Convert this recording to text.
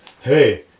Hey